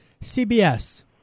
CBS